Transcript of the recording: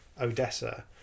odessa